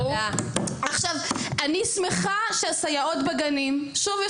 אני שמחה שהסייעות בגנים שוב,